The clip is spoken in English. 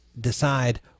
decide